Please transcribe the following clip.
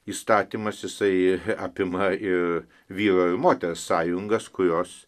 įstatymas jisai apima ir vyro ir moters sąjungas kurios